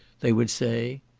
they would say,